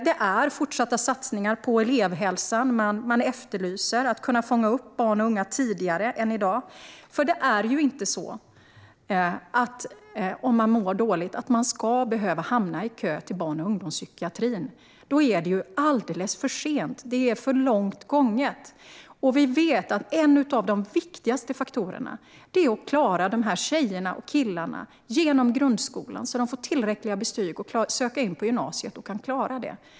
Det är också fortsatta satsningar på elevhälsan man efterlyser - att kunna fånga upp barn och unga tidigare än i dag. Om man mår dåligt ska man nämligen inte behöva hamna i kö till barn och ungdomspsykiatrin. Då är det alldeles för sent; det är för långt gånget. Vi vet att en av de viktigaste faktorerna är att klara de här tjejerna och killarna genom grundskolan så att de får tillräckliga betyg för att kunna söka in på gymnasiet och klara det.